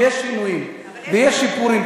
ויש שינויים ויש שיפורים.